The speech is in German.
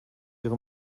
ihre